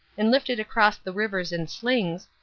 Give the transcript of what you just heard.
and lifted across the rivers in slings,